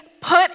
put